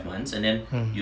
mm